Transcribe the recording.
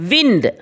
Wind